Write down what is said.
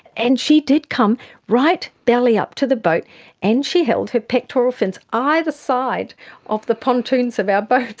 and she did come right belly-up to the boat and she held her pectoral fins either side of the pontoons of our boat.